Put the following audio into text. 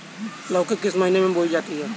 लौकी किस महीने में बोई जाती है?